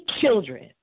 children